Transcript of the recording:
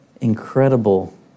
incredible